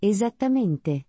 Esattamente